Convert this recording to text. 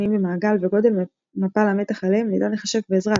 במעגל וגודל מפל המתח עליהם ניתן לחשב בעזרת